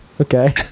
Okay